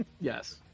Yes